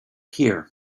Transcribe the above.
here